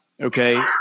Okay